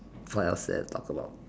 what else there to talk about